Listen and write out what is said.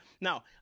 Now